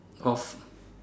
of